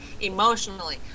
emotionally